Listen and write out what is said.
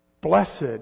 Blessed